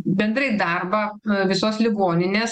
bendrai darbą visos ligoninės